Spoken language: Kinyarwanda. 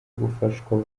gufashwa